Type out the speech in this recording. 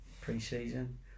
pre-season